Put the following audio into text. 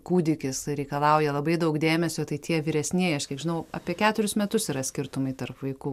kūdikis reikalauja labai daug dėmesio tai tie vyresnieji aš kiek žinau apie keturis metus yra skirtumai tarp vaikų